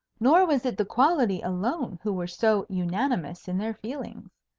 nor was it the quality alone who were so unanimous in their feelings.